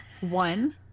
One